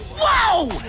wow!